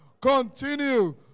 continue